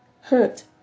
hurt